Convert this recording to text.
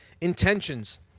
intentions